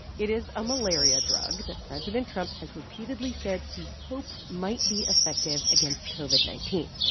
it is a malaria drug that president trump has repeatedly said he hopes might be effective against covid nineteen,